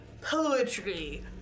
Poetry